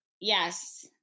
Yes